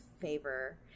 favor